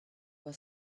were